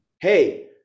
Hey